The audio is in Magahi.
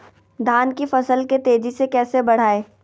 धान की फसल के तेजी से कैसे बढ़ाएं?